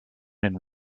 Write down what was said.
and